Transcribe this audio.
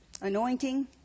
anointing